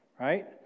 right